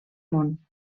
món